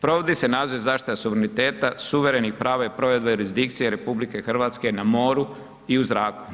Provodi se nadzor i zaštita suvereniteta, suverenih prava i provedba jurisdikcije RH na moru i u zraku.